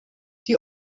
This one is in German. die